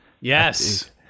Yes